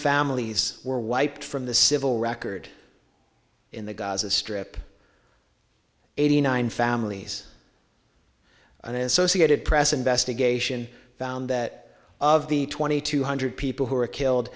families were wiped from the civil record in the gaza strip eighty nine families an associated press investigation found that of the twenty two hundred people who were killed